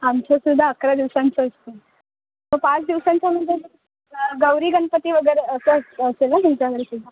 आमचासुध्दा अकरा दिवसांचा असतो तो पाच दिवसांचा म्हटल्यावर गौरी गणपती वगैरे असं असेल ना तुमच्या घरी पण